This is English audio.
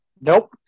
Nope